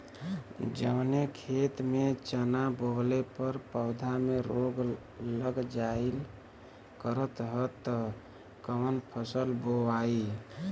जवने खेत में चना बोअले पर पौधा में रोग लग जाईल करत ह त कवन फसल बोआई?